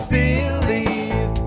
believe